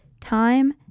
time